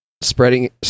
spreading